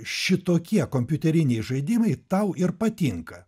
šitokie kompiuteriniai žaidimai tau ir patinka